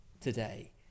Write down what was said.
today